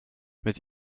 mit